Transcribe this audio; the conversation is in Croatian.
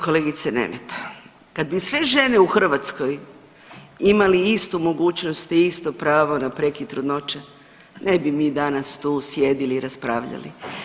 Kolegice Nemet, kad bi sve žene u Hrvatskoj imali istu mogućnost i isto pravo na prekid trudnoće ne bi mi danas tu sjedili i raspravljali.